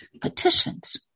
petitions